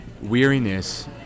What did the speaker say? Weariness